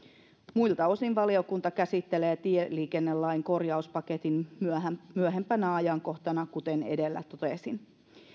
muilta osin valiokunta käsittelee tieliikennelain korjauspaketin myöhempänä ajankohtana kuten edellä totesin